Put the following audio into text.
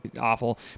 awful